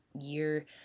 year